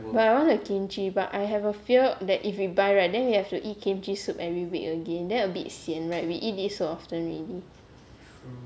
but I want the kimchi but I have a fear that if we buy right then we have to eat kimchi soup every week again then a bit sian right we eat so often already